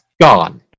gone